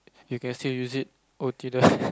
you cans till use it O_T_W